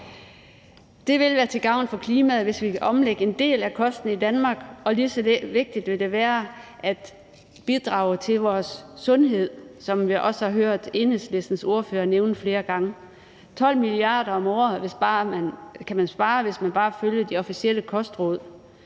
Det vil være til gavn for klimaet, hvis vi kan omlægge en del af kosten i Danmark, og lige så vigtigt vil det være, at det bidrager til vores sundhed, som jeg også har hørt Enhedslistens ordfører nævne flere gange. 12 mia. kr. om året kan man spare, hvis man bare følger de officielle kostråd.